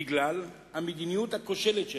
בגלל המדיניות הכושלת שלה,